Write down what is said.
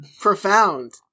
Profound